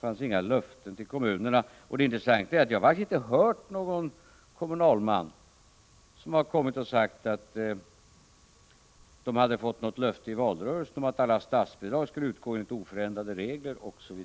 Det var inga löften till kommunerna. Jag har inte hört att någon kommunalman har kommit och sagt att kommunerna har fått löfte i valrörelsen om att alla statsbidragen skulle utgå enligt oförändrade regler, osv.